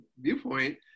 viewpoint